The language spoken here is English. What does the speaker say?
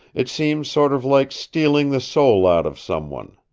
it seems sort of like stealing the soul out of someone.